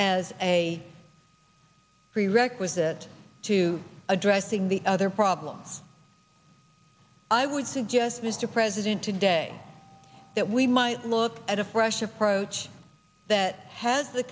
as a prerequisite to addressing the other problems i would suggest mr president today that we might look at a fresh approach that has the